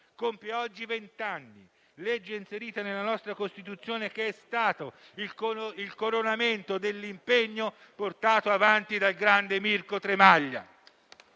Compie oggi venti anni la norma inserita nella nostra Costituzione, che è stato il coronamento dell'impegno portato avanti dal grande Mirko Tremaglia